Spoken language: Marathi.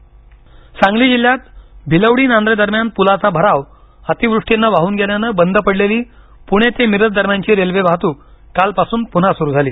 रेल्वे सांगली जिल्ह्यात भिलवडी नांद्रे दरम्यान पुलाचा भराव अतिवृष्टिनं वाहून गेल्यानं बंद पडलेली पुणे ते मिरज दरम्यानची रेल्वे वाहतुक काल पासून पुन्हा सुरू झाली